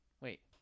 Wait